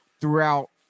throughout